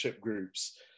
groups